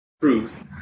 truth